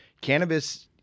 cannabis